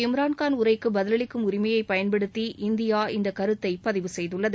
இம்ரான்காள் உரைக்கு பதிலளிக்கும் உரிமையை பயன்படுத்தி இந்தியா இந்த கருத்தை பதிவு செய்துள்ளது